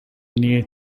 near